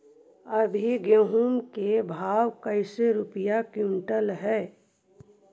अभी गेहूं के भाव कैसे रूपये क्विंटल हई?